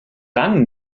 dann